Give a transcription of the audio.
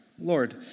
Lord